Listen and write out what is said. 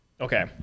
Okay